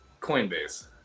Coinbase